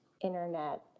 internet